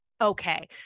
okay